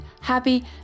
happy